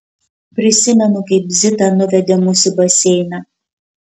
prisimenu kaip zita nuvedė mus į baseiną